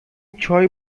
چای